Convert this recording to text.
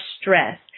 stress